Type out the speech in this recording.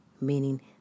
meaning